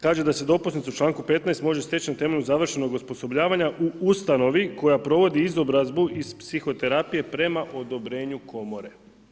Kaže da se dopusnice u članku 15. može steći na temelju završenog osposobljavanja u ustanovi koja provodi izobrazbu iz psihoterapije prema odobrenju komore.